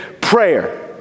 prayer